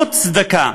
והנותנות צדקה,